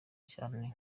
cyane